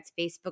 Facebook